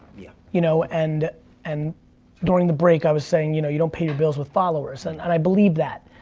yeah you know. and and during the break i was saying, you know, you don't pay your bills with followers. and and i believe that.